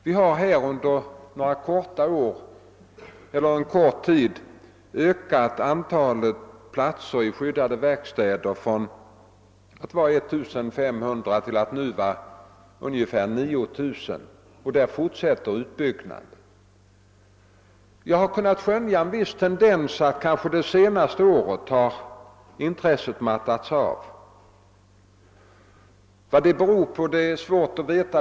Under loppet av några år har vi ökat antalet platser i skyddade verkstäder från 1500 till omkring 9 000, och utbyggnaden fortsätter. Jag har kanske kunnat skönja en viss tendens till avmattning av intresset under det senaste året, men vad den beror på är svårt att veta.